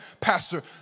Pastor